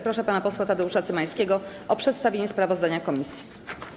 Proszę pana posła Tadeusza Cymańskiego o przedstawienie sprawozdania komisji.